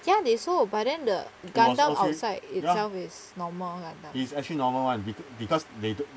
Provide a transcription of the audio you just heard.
ya they sold but then the gundam outside itself is normal like